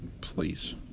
please